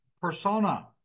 persona